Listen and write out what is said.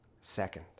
second